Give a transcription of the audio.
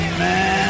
man